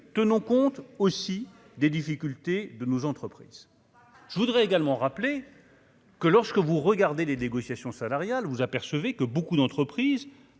tenant compte aussi des difficultés de nos entreprises, je voudrais également rappeler. Que lorsque vous regardez les négociations salariales, vous apercevez que beaucoup d'entreprises